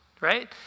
right